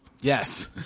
Yes